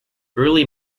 early